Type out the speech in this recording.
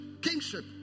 kingship